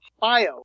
bio